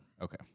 Okay